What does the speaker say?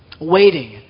waiting